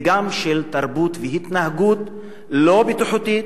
וגם של תרבות והתנהגות לא בטיחותית